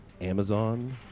Amazon